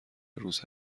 روز